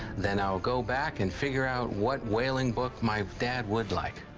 then i'll go back and figure out what whaling book my dad would like.